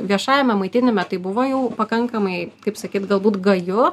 viešajame maitinime tai buvo jau pakankamai kaip sakyt galbūt gaju